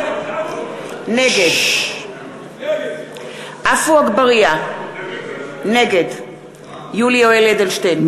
נגד עפו אגבאריה, נגד יולי יואל אדלשטיין,